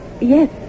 Yes